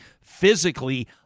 physically